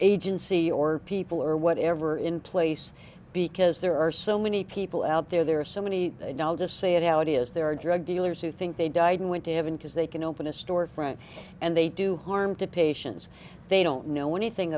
agency or people or whatever in place because there are so many people out there there are so many doll to say it how it is there are drug dealers who think they died and went to heaven because they can open a store front and they do harm to patients they don't know anything